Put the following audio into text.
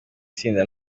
tsinda